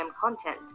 content